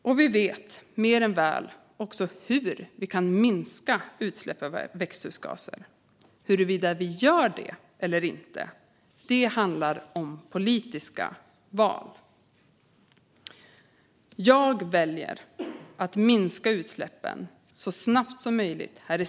Och vi vet mer än väl också hur vi kan minska utsläpp av växthusgaser. Huruvida vi gör det eller inte handlar om politiska val. Jag väljer att vi här i Sverige ska minska utsläppen så snabbt som möjligt.